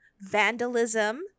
vandalism